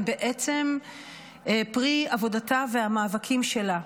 הם בעצם פרי עבודתה והמאבקים שלה.